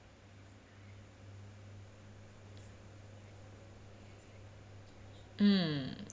mm